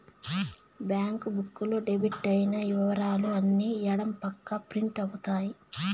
bank book లో debit అయిన ఇవరాలు అన్ని ఎడం పక్క ప్రింట్ అవుతాయి